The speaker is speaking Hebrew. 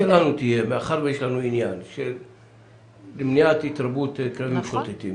מאחר ויש לנו עניין למניעת התרבות כלבים משוטטים,